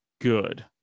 good